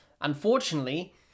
Unfortunately